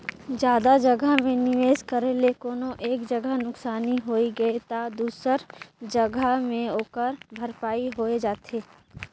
जादा जगहा में निवेस करे ले कोनो एक जगहा नुकसानी होइ गे ता दूसर जगहा में ओकर भरपाई होए जाथे